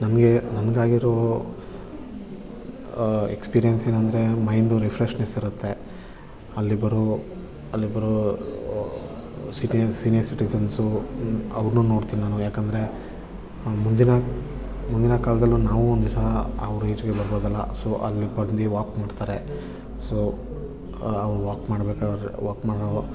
ನಮಗೆ ನನಗಾಗಿರೋ ಎಕ್ಸ್ಪೀರಿಯನ್ಸ್ ಏನಂದರೆ ಮೈಂಡು ರಿಫ್ರೆಶ್ನೆಸ್ ಇರುತ್ತೆ ಅಲ್ಲಿ ಬರೋ ಅಲ್ಲಿ ಬರೋ ಸಿಟಿಜನ್ಸ್ ಸೀನಿಯರ್ ಸಿಟಿಜನ್ಸು ಅವ್ರ್ನೂ ನೋಡ್ತೀನಿ ನಾನು ಯಾಕಂದರೆ ಮುಂದಿನ ಮುಂದಿನ ಕಾಲದಲ್ಲೂ ನಾವು ಒಂದು ದಿವಸ ಅವರ ಏಜ್ಗೆ ಬರಬಹುದಲ್ಲ ಸೊ ಅಲ್ಲಿ ಬಂದು ವಾಕ್ ಮಾಡ್ತಾರೆ ಸೊ ಅವ್ರು ವಾಕ್ ಮಾಡಬೇಕಾದ್ರೆ ವಾಕ್ ಮಾಡೋ